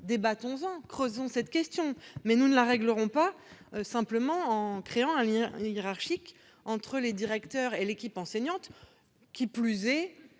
débattons-en ! Creusons la question, mais nous ne la réglerons pas simplement en créant un lien hiérarchique entre le directeur et l'équipe enseignante. Qui plus est,